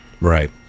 right